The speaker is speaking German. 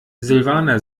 silvana